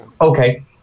okay